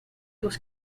was